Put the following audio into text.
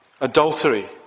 Adultery